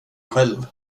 själv